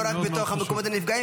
לכן זה לא רק בתוך המקומות הנפגעים,